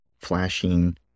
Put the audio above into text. flashing